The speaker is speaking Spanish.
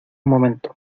momento